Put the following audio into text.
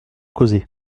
causer